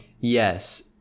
Yes